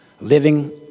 living